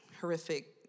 horrific